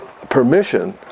permission